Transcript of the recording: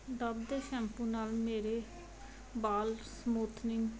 Dove ਦੇ shampoo ਨਾਲ ਮੇਰੇ ਵਾਲ ਸਮੂਥਨਿੰਗ